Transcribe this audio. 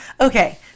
Okay